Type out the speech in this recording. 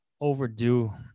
overdue